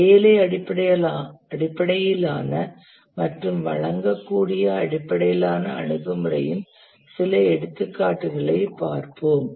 வேலை அடிப்படையிலான மற்றும் வழங்கக்கூடிய அடிப்படையிலான அணுகுமுறையின் சில எடுத்துக்காட்டுகளைப் பார்ப்போம்